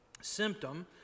symptom